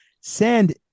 send